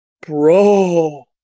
Bro